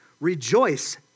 rejoice